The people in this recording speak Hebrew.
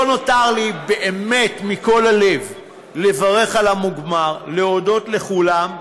לא נותר לי אלא באמת מכל הלב לברך על המוגמר ולהודות לכולם.